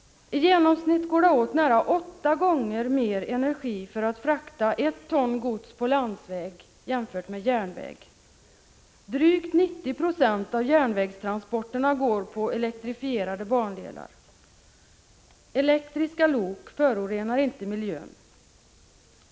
I genomsnitt går det åt nära åtta gånger mer energi för att frakta 1 ton gods på landsväg jämfört med järnväg. Drygt 90 96 av järnvägstransporterna går på elektrifierade bandelar. Elektriska lok förorenar inte miljön.